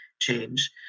change